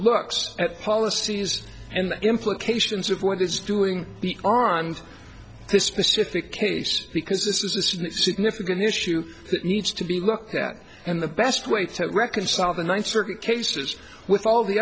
looks at policies and the implications of what it's doing be armed this specific case because this is a student significant issue that needs to be looked at and the best way to reconcile the ninth circuit cases with all the